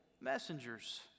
messengers